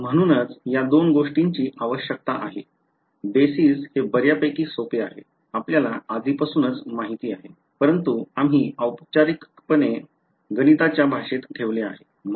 म्हणूनच या दोन गोष्टींची आवश्यकता आहे बेसिस हे बऱ्यापैकी सोपे आहे आपल्याला आधीपासूनच माहिती आहे परंतु आम्ही औपचारिकपणे गणिताच्या भाषेत ठेवले आहे